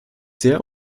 sehr